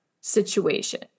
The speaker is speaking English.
situation